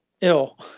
ill